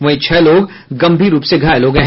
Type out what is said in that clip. वहीं छह लोग गंभीर रूप से घायल हो गये